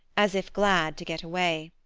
as if glad to get away.